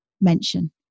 mention